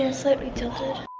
and slightly tilted.